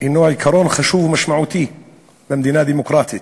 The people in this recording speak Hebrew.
הוא עיקרון חשוב ומשמעותי במדינה דמוקרטית,